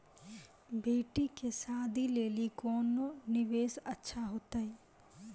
बेटी के शादी लेली कोंन निवेश अच्छा होइतै?